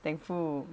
thankful